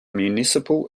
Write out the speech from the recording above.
municipal